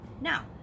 now